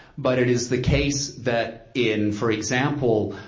but it is the case that in, for example,